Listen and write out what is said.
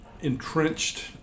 entrenched